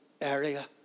area